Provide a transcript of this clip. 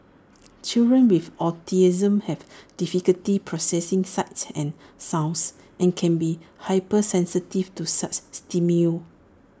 children with autism have difficulty processing sights and sounds and can be hypersensitive to such